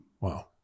Wow